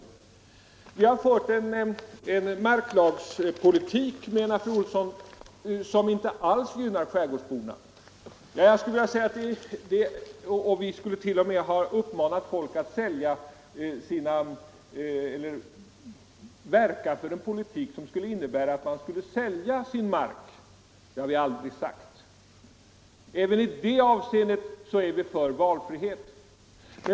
Moderaterna har fört en marklagpolitik, menar fru Olsson, som inte alls gynnar skärgårdsborna, och vi skulle t.o.m. ha verkat för en politik som innebär att man skulle sälja sin mark. Det har vi aldrig sagt. Även i det avseendet är vi för valfrihet.